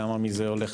כמה מזה הולך